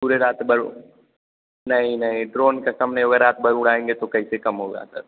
पूरे रात भर नहीं नहीं ड्रोन का कम नहीं होगा रात भर उड़ाएँगे तो कइसे कम होगा सर